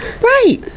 Right